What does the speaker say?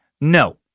No